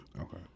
Okay